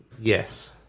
yes